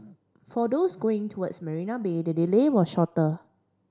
for those going towards Marina Bay the delay was shorter